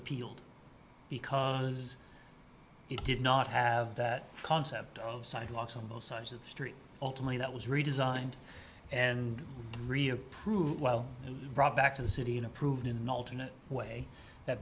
appealed because it did not have that concept of sidewalks on both sides of the street ultimately that was redesigned and really approved well and brought back to the city and approved in an alternate way that